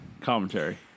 commentary